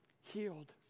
healed